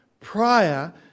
Prior